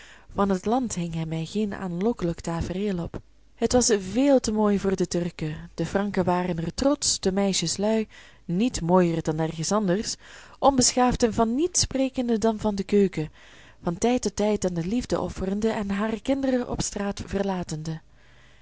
van het land hing hij mij geen aanlokkelijk tafereel op het was veel te mooi voor de turken de franken waren er trotsch de meisjes lui niet mooier dan ergens anders onbeschaafd en van niets sprekende dan van de keuken van tijd tot tijd aan de liefde offerende en hare kinderen op straat verlatende